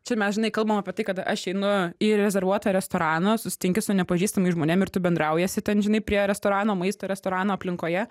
čia mes žinai kalbam apie tai kad aš einu į rezervuotą restoraną susitinki su nepažįstamais žmonėm ir tu bendraujiesi ten žinai prie restorano maisto restorano aplinkoje